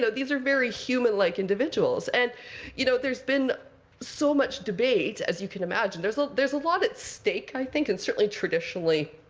so these are very human-like individuals. and you know, there's been so much debate, as you can imagine. there's like there's a lot at stake, i think. and certainly, traditionally,